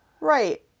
Right